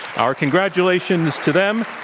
our congratulations to them.